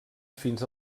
fins